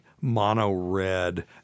mono-red